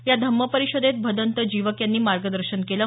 या धम्म परिषदेत भदंत जीवक यांनी मार्गदर्शन केलं